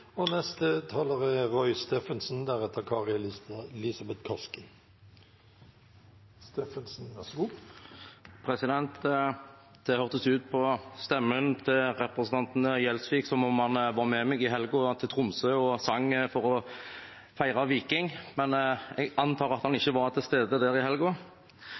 Det hørtes ut på stemmen til representanten Gjelsvik som om han var med meg til Tromsø i helgen og sang for å feire Viking, men jeg antar at han ikke var til stede der i